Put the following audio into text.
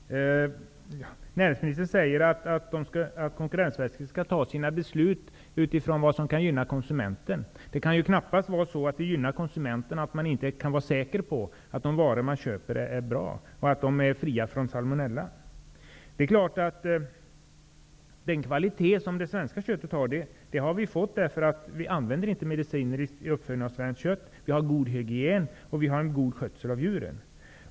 Herr talman! Näringsministern säger att Konkurrensverket skall fatta sina beslut utifrån vad som kan gynna konsumenten. Det kan knappast gynna konsumenten att inte kunna vara säker på att de varor som köps är bra och att de är fria från salmonella. Vi har fått den kvalitet som det svenska köttet har därför att vi inte använder mediciner i uppfödningen. Vi har god hygien. Vi har en god skötsel av djuren.